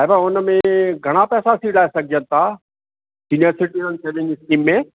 साहिब हुन में घणा पैसा सीड़ाए सघजनि था सीनिअर सिटीज़न सेविंग स्कीम में